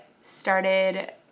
started